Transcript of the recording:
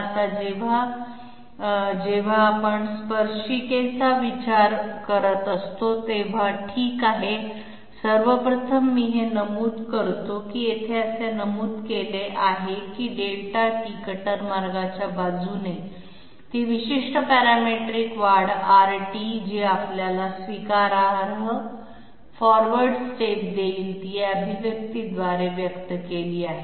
आता जेव्हा जेव्हा आपण स्पर्शिकेचा विचार करत असतो तेव्हा ठीक आहे सर्वप्रथम मी हे नमूद करतो की येथे असे नमूद केले आहे की ∆t कटर मार्गाच्या बाजूने ती विशिष्ट पॅरामीट्रिक वाढ R जी आपल्याला स्वीकारार्ह फॉरवर्ड स्टेप देईल ती या अभिव्यक्तीद्वारे व्यक्त केली आहे